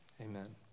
Amen